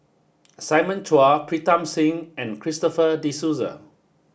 Simon Chua Pritam Singh and Christopher De Souza